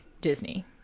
Disney